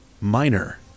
Minor